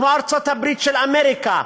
כמו ארצות-הברית של אמריקה.